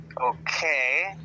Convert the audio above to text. Okay